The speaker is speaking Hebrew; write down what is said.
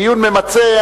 דיון ממצה.